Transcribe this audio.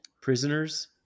Prisoners